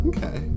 Okay